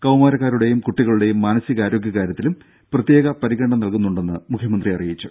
കൌമാരക്കാരുടെയും കുട്ടികളുടെയും മാനസികാരോഗ്യ കാര്യത്തിലും പ്രത്യേക പരിഗണ നൽകുമെന്ന് മുഖ്യമന്ത്രി അറിയിച്ചു